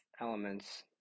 elements